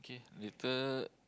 okay later